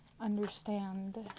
understand